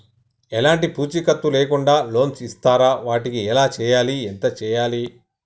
ఎలాంటి పూచీకత్తు లేకుండా లోన్స్ ఇస్తారా వాటికి ఎలా చేయాలి ఎంత చేయాలి?